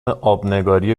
آبنگاری